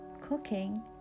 cooking